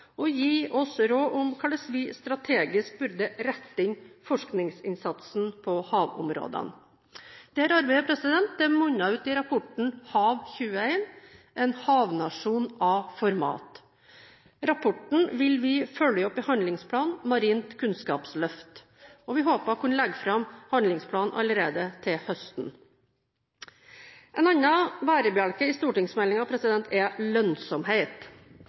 og gi oss råd om hvordan vi strategisk burde rette inn forskningsinnsatsen på havområdene. Deres arbeid munnet ut i rapporten «HAV21 – en havnasjon av format». Rapporten vil vi følge opp i handlingsplanen Marint kunnskapsløft. Vi håper å kunne legge fram handlingsplanen allerede til høsten. En annen bærebjelke i stortingsmeldingen er lønnsomhet.